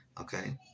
okay